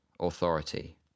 authority